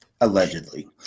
Allegedly